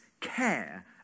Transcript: care